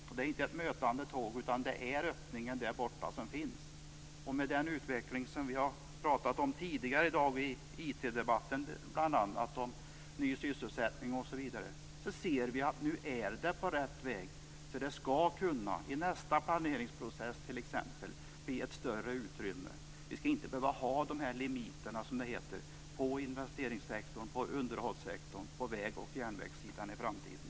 Och det är inte ett mötande tåg, utan det är en öppning som finns där borta. Med den utveckling som vi har pratat om tidigare i dag i IT-debatten med ny sysselsättning osv. ser vi att vi är på rätt väg. I nästa planeringsprocess skall det kunna bli ett större utrymme för detta. Vi skall inte behöva ha de här limiterna, som det heter, på investerings och underhållssektorn på väg och järnvägssidan i framtiden.